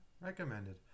Recommended